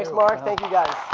ah mark. thank you, guys.